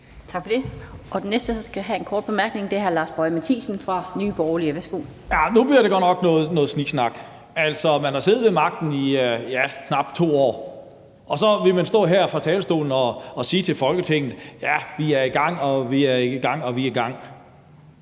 Tak for det. Den næste, der skal have en kort bemærkning, er hr. Lars Boje Mathiesen fra Nye Borgerlige. Værsgo. Kl. 14:45 Lars Boje Mathiesen (NB): Ja, nu bliver det godt nok noget sniksnak. Altså, man har siddet ved magten i knap 2 år, og så vil man stå her fra talerstolen og sige til Folketinget: Ja, vi er i gang, og vi er i gang. Nej, hvis man